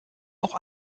auch